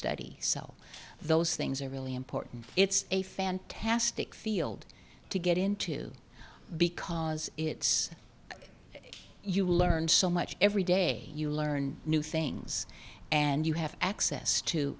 study sell those things are really important it's a fantastic field to get into because it's you learn so much every day you learn new things and you have access to